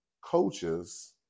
coaches